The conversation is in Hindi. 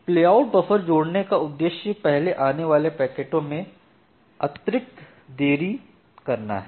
प्लेआउट बफर जोड़ने का उद्देश्य पहले आने वाले पैकेटों में अतिरिक्त देरी करना है